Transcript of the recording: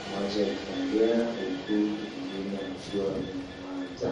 Mmoja akiongea, huku wengine wakiwa menyamanza.